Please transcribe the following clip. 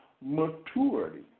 maturity